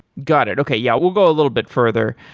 got it. okay. yeah, we'll go a little bit further.